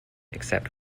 except